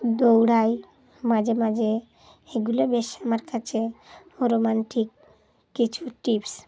দৌড়াই মাঝে মাঝে এগুলো বেশ আমার কাছে রোমান্টিক কিছু টিপস